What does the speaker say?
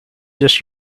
just